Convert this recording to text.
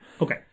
Okay